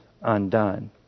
undone